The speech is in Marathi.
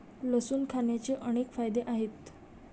लसूण खाण्याचे अनेक फायदे आहेत